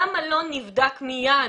למה לא נבדק מיד